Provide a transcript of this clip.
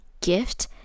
gift